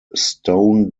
stone